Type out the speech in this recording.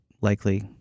likely